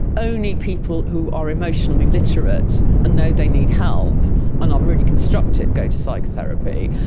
only people who are emotionally literate and know they need help and are really constructive go to psychotherapy,